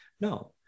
No